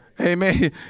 Amen